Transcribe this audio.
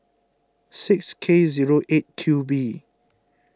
six K zero eight Q B